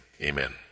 amen